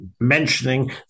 mentioning